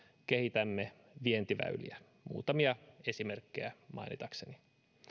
kehitämme vientiväyliä muutamia esimerkkejä mainitakseni